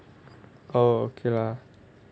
oh okay lah